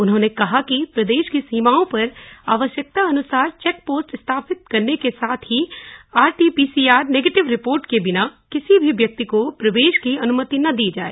उन्होंने कहा कि प्रदेश की सीमाओं पर आवश्यकतानुसार चेकपोस्ट स्थापित करने के साथ ही आरटीपीसीआर नेगेटिव रिपोर्ट के बिना किसी भी व्यक्ति को प्रवेश की अनुमति न दी जाए